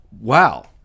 Wow